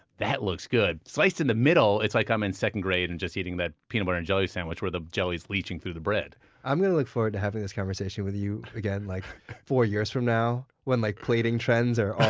that looks good. sliced in the middle, it's like i'm in second grade and just eating that peanut butter and jelly sandwich where the jelly is leeching through the bread i'm going to look forward to having this conversation with you again like four years from now, when like plating trends are all